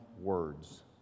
words